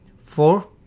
Four